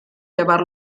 llevar